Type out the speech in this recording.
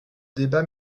débat